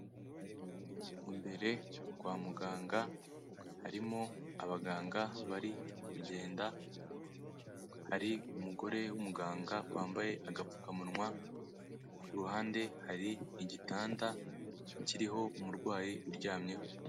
Imbere kwa muganga harimo abaganga bari kugenda, hari umugore w'umuganga wambaye agapfukamunwa, ku ruhande hari igitanda kiriho umurwayi uryamyeho.